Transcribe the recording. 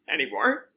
anymore